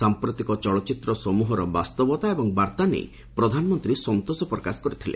ସାଂପ୍ରତିକ ଚଳଚ୍ଚିତ୍ର ସମ୍ବହର ବାସ୍ତବତା ଏବଂ ବାର୍ତ୍ତା ନେଇ ପ୍ରଧାନମନ୍ତ୍ରୀ ସନ୍ତୋଷ ପ୍ରକାଶ କରିଥିଲେ